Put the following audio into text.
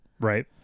Right